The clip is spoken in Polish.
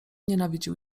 nienawidził